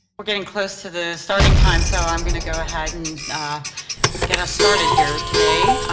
we're getting close to the starting time, so i'm gonna go ahead and get us started here today.